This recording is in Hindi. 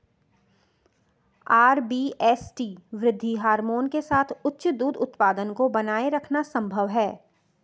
आर.बी.एस.टी वृद्धि हार्मोन के साथ उच्च दूध उत्पादन को बनाए रखना संभव है